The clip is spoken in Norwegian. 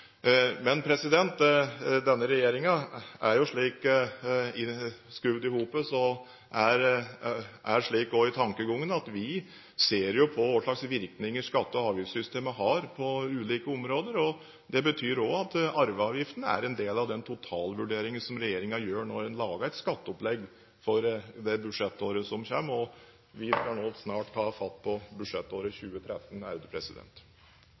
Denne regjeringen er jo slik skrudd i hop og er slik også i tankegangen at vi ser på hva slags virkninger skatte- og avgiftssystemet har på ulike områder. Det betyr også at arveavgiften er en del av den totalvurdering som regjeringen gjør når den lager et skatteopplegg for det budsjettåret som kommer, og vi skal nå snart ta fatt på budsjettåret